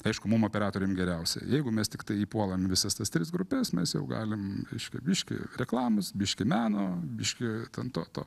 aišku mum operatoriam geriausia jeigu mes tiktai įpuolam į visas tas tris grupes mes jau galim reiškia biškį reklamos biškį meno biškį ten to to